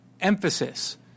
emphasis